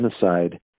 genocide